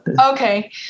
Okay